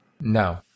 No